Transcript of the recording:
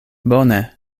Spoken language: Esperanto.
bone